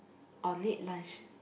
or late lunch